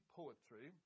poetry